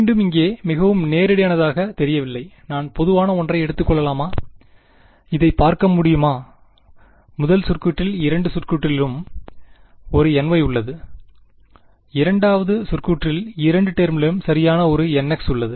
மீண்டும் இங்கே மிகவும் நேரடியானதாகத் தெரியவில்லை நான் பொதுவான ஒன்றை எடுத்துக் கொள்ளலாமா இதைப் பார்க்க முடியுமா முதல் சொற்கூற்றில் இரண்டு சொற்களிலும் ஒரு ny உள்ளது இரண்டாவது சொற்கூற்றில் இரண்டு டெர்மிலும் சரியான ஒரு nx உள்ளது